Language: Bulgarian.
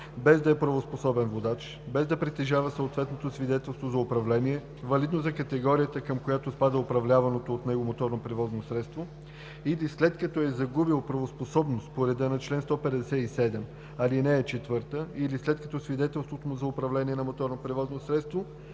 без да е правоспособен водач, без да притежава съответното свидетелство за управление, валидно за категорията, към която спада управляваното от него моторно превозно средство или след като е загубил правоспособност по реда на чл. 157, ал. 4, или след като свидетелството му за управление на моторно превозно средство